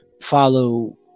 follow